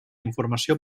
informació